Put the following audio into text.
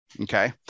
Okay